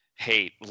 Hate